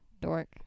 Dork